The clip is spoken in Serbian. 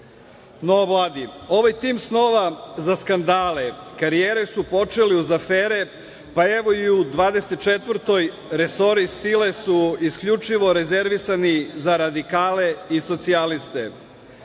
Vladi. Ovaj tim snova za skandale, karijere su počeli uz afere, pa evo i u 2024. godini resori, sile su isključivo rezervisani za radikale i socijaliste.